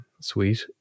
sweet